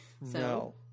No